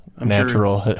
natural